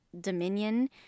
Dominion